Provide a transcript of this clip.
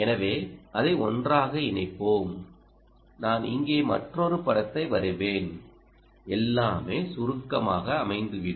எனவே அதை ஒன்றாக இணைப்போம் நான் இங்கே மற்றொரு படத்தை வரைவேன் எல்லாமே சுருக்கமாக அமைந்துவிடும்